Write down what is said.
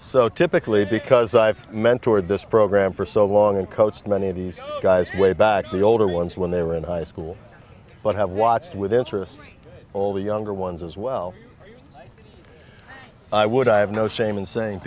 so typically because i've mentor this program for so long and coached many of these guys way back the older ones when they were in high school but have watched with interest all the younger ones as well i would i have no shame in sayin